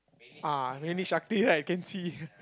ah mainly Shakti right can see